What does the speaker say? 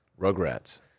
Rugrats